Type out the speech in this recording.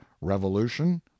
revolution